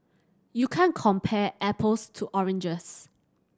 you can't compare apples to oranges